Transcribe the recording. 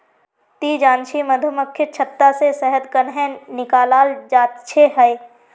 ती जानछि मधुमक्खीर छत्ता से शहद कंन्हे निकालाल जाच्छे हैय